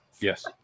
Yes